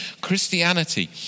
Christianity